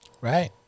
Right